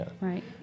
Right